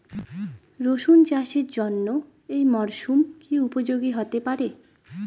রসুন চাষের জন্য এই মরসুম কি উপযোগী হতে পারে?